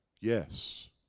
Yes